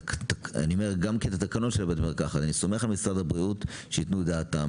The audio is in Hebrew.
אני סומך על משרד הבריאות שיתנו את דעתם